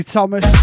Thomas